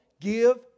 give